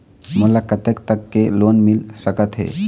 मोला कतेक तक के लोन मिल सकत हे?